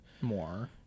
More